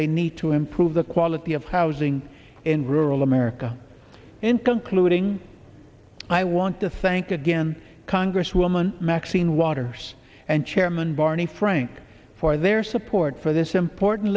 they need to improve the quality of housing in rural america in concluding i want to thank again congresswoman maxine waters and chairman barney frank for their support for this important